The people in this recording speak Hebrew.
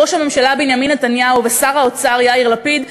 ראש הממשלה בנימין נתניהו ושר האוצר יאיר לפיד,